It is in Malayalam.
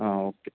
ആ ഓക്കെ